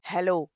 Hello